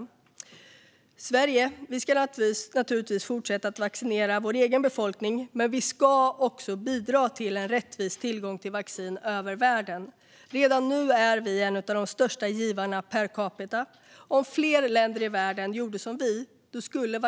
I Sverige ska vi naturligtvis fortsätta att vaccinera vår egen befolkning, men vi ska också bidra till en rättvis tillgång till vaccin i världen. Redan nu är vi en av de största givarna per capita. Om fler länder i världen gjorde som vi skulle